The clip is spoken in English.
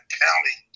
county